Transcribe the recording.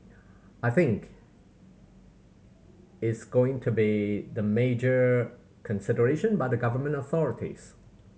I think is going to be the major consideration by the Government authorities